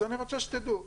אז אני רוצה שתדעו,